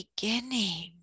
beginning